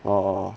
!wow!